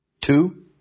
Two